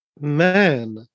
man